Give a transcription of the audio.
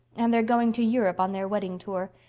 and they're going to europe on their wedding tour.